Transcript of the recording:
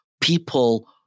people